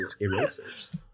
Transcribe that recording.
erasers